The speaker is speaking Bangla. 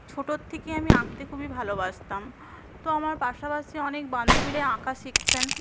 ছোট থেকে আমি আঁকতে খুবই ভালোবাসতাম তো আমার পাশাপাশি অনেক বান্ধবীরাই আঁকা শিখতেন